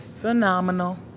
phenomenal